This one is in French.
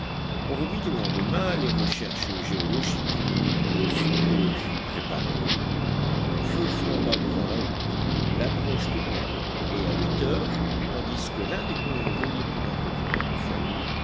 on remit au lendemain les recherches géologiques le souper fut préparé un bon feu flamba devant la hutte la broche tourna et à huit heures tandis que l'un des colons veillait pour entretenir le foyer